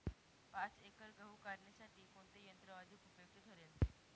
पाच एकर गहू काढणीसाठी कोणते यंत्र अधिक उपयुक्त ठरेल?